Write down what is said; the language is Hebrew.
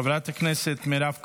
חברת הכנסת מירב כהן,